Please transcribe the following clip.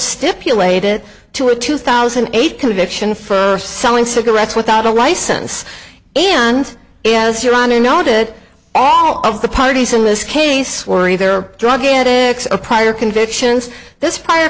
stipulated to a two thousand and eight conviction for selling cigarettes without a license and yes your honor noted all of the parties in this case worry there are drug addicts of prior convictions this prior